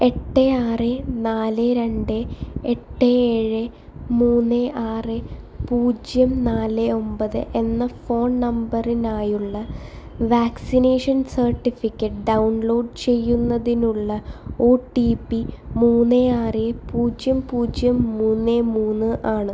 എട്ട് ആറ് നാല് രണ്ട് എട്ട് ഏഴ് മൂന്ന് ആറ് പൂജ്യം നാല് ഒമ്പത് എന്ന ഫോൺ നമ്പറിനായുള്ള വാക്സിനേഷൻ സർട്ടിഫിക്കറ്റ് ഡൗൺലോഡ് ചെയ്യുന്നതിനുള്ള ഒ ടി പി മൂന്ന് ആറ് പൂജ്യം പൂജ്യം മൂന്ന് മൂന്ന് ആണ്